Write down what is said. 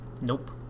Nope